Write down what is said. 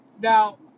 Now